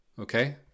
Okay